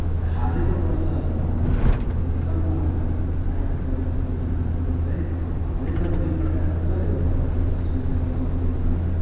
र हालैको बर्षहरूमा लेखनमा आएको परिवर्तन भन्नुपर्दा चाहिँ लेखन दुई प्रकारको छ एउटा तपाईँको सृजनात्मक लेखन